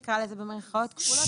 נקרא לזה במירכאות כפולות,